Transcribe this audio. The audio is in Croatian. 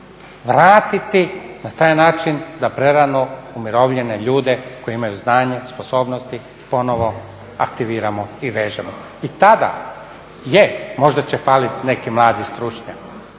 vratiti na taj način da prerano umirovljene ljude koji imaju znanje, sposobnosti ponovo aktiviramo i vežemo. I tada, je možda će faliti neki mladi stručnjaci,